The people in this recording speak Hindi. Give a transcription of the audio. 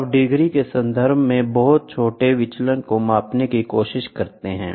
आप डिग्री के संदर्भ में बहुत छोटे विचलन को मापने की कोशिश कर सकते हैं